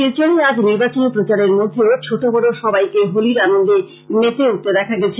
শিলচরে আজ নির্বাচনী প্রচারের মধ্যে ও ছোট বড় সবাইকে হোলির আনন্দে মেতে উঠতে দেখা গেছে